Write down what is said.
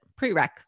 Prereq